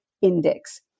Index